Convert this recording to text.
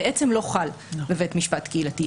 בעצם לא חל בבית משפט קהילתי.